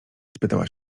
spytała